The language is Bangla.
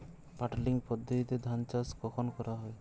পাডলিং পদ্ধতিতে ধান চাষ কখন করা হয়?